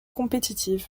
compétitive